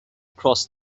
across